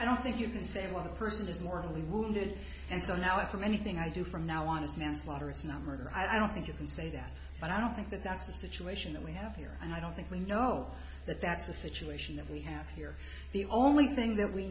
i don't think you can say well the person is mortally wounded and so now from anything i do from now on is manslaughter it's not murder i don't think you can say that and i don't think that that's the situation that we have here and i don't think we know that that's the situation that we have here the only thing that we